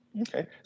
Okay